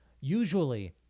Usually